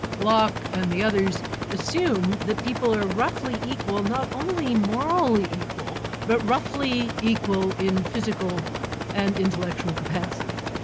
locke and the others assume that people are roughly equal, not only morally equal, but roughly equal in physical and intellectual capacity.